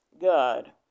God